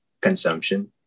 consumption